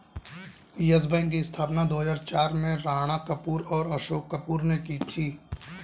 yes Bank की स्थापना दो हजार चार में राणा कपूर और अशोक कपूर ने की थी